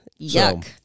Yuck